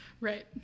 Right